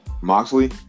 Moxley